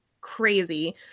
crazy